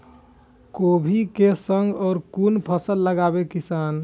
कोबी कै संग और कुन फसल लगावे किसान?